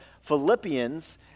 Philippians